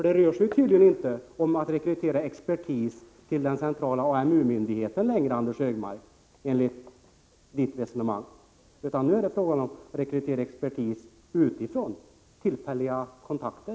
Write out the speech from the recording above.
Det rör sig ju tydligen inte om rekryterande av expertis till den centrala AMU-myndigheten, enligt Anders Högmarks resonemang, utan nu handlar det om att anlita tillfällig expertis utanför myndigheten.